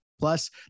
Plus